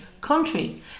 country